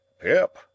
pip